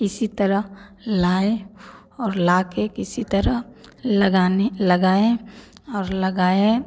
किसी तरह लाए और लाके किसी तरह लगाने लगाए और लगाया